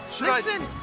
Listen